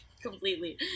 completely